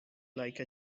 like